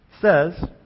says